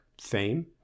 fame